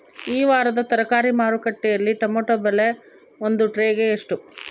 ಈ ವಾರದ ತರಕಾರಿ ಮಾರುಕಟ್ಟೆಯಲ್ಲಿ ಟೊಮೆಟೊ ಬೆಲೆ ಒಂದು ಟ್ರೈ ಗೆ ಎಷ್ಟು?